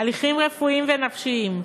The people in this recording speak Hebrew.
הליכים רפואיים ונפשיים.